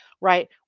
Right